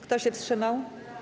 Kto się wstrzymał?